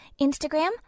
Instagram